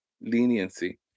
leniency